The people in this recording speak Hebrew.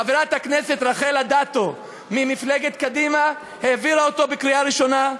חברת הכנסת רחל אדטו ממפלגת קדימה העבירה אותו בקריאה ראשונה,